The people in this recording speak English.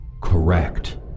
Correct